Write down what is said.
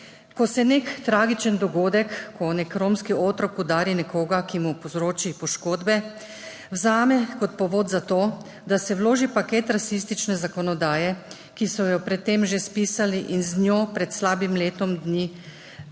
ko se nek tragičen dogodek, ko nek romski otrok udari nekoga, ki mu povzroči poškodbe, vzame kot povod za to, da se vloži paket rasistične zakonodaje, ki so jo pred tem že spisali in z njo pred slabim letom dni